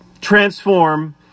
transform